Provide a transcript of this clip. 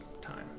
time